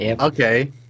Okay